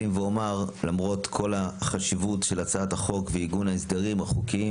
למרות החשיבות של הצעת החוק ועיגון ההסדרים החוקיים